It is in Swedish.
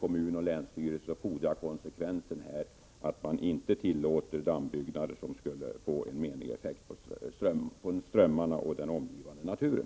kommun och länsstyrelse, fordras det om man skall vara konsekvent att man inte tillåter en dammutbyggnad som skulle få en negativ effekt på strömmarna och den omgivande naturen.